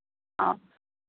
অঁ